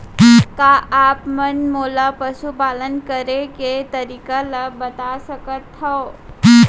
का आप मन मोला पशुपालन करे के तरीका ल बता सकथव?